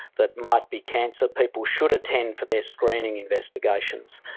that might be cancer. people should attend for their screening investigations.